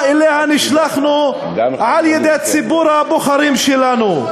שאליה נשלחנו על-ידי ציבור הבוחרים שלנו.